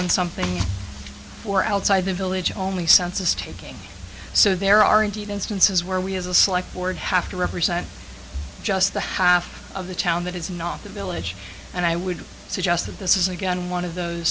on something for outside the village only census taking so there are indeed instances where we as a slight forward have to represent just the half of the town that is not the village and i would suggest that this is again one of those